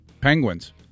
Penguins